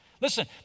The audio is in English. Listen